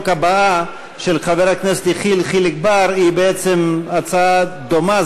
הבאה של יחיאל חיליק בר היא הצעה דומה.